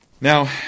now